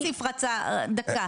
חבר הכנסת כסיף רצה, דקה.